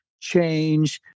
change